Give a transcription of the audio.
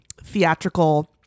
theatrical